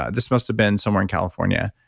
ah this must've been somewhere in california,